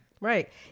Right